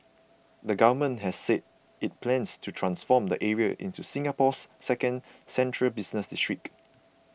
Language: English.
the Government has said it plans to transform the area into Singapore's second central business district